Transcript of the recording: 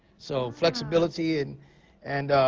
so flexibility and and